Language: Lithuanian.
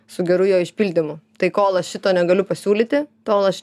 su geru jo išpildymu tai kol aš šito negaliu pasiūlyti tol aš